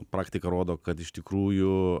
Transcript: praktika rodo kad iš tikrųjų